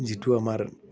যিটো আমাৰ